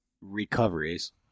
recoveries